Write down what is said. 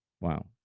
Wow